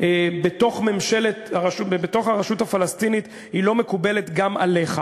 בתוך הרשות הפלסטינית, היא לא מקובלת גם עליך.